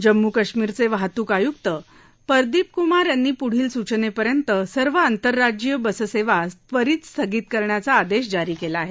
जम्मू कश्मीरचे वाहतूक आयुक्त परदीप कुमार यांनी पुढील सूचनेपर्यंत सर्व आंतरराज्यीय बससेवा त्वरित स्थगित करण्याचा आदेश जारी केला आहे